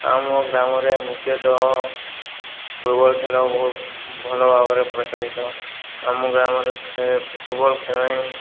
ଆମ ଗ୍ରାମରେ ମୁଖ୍ୟତଃ ଫୁଟବଲ ଖେଳ ବହୁତ ଭଲ ଭାବରେ ପ୍ରଚଳିତ ଆମ ଗ୍ରାମରେ ଫୁଟବଲ ଖେଳାଳି